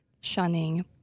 shunning